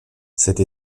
cette